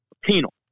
penal